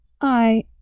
I